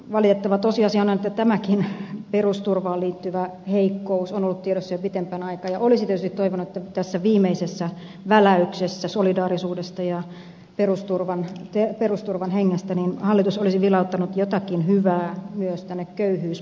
valitettava tosiasiahan on että tämäkin perusturvaan liittyvä heikkous on ollut tiedossa jo pidemmän aikaa ja olisi tietysti toivonut että tässä viimeisessä väläyksessä solidaarisuudesta ja perusturvan hengestä hallitus olisi vilauttanut jotakin hyvää myös tälle köyhyys ja perusturvasektorille